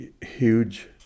huge